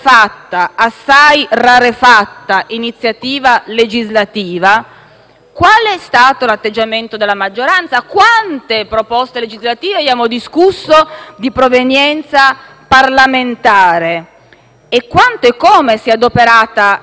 qual è stato l'atteggiamento della maggioranza? Quante proposte legislative di provenienza parlamentare abbiamo discusso e quanto e come si è adoperata la maggioranza per rendere centrale il Parlamento, per farlo funzionare,